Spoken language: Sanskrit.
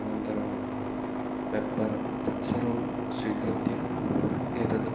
अनन्तरं पेप्पर् तत्सर्वं स्वीकृत्य एतद्